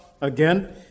Again